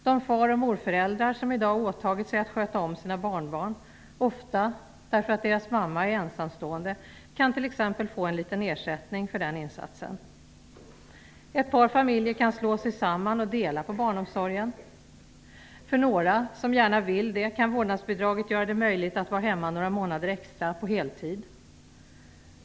De far och morföräldrar som i dag åtagit sig att sköta om sina barnbarn, ofta därför att mammorna är ensamstående, kan t.ex. få en liten ersättning för den insatsen. Ett par familjer kan slå sig samman och dela på barnomsorgen. För några, som gärna vill det, kan vårdnadsbidraget göra det möjligt att vara hemma några månader extra på heltid.